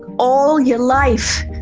all your life,